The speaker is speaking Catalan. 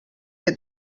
que